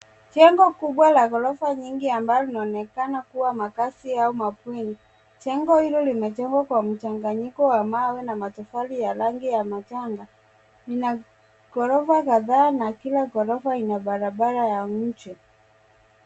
Jengo kubwa la ghorofa nyingi ambalo linaonekana kuwa makazi au mabweni. Jengo hilo limejengwa kwa mchanganyiko wa mawe na matofali ya rangi ya machanga. Lina ghorofa kadhaa na kila ghorofa ina barabara ya nje.